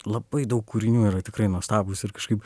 labai daug kūrinių yra tikrai nuostabūs ir kažkaip